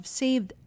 saved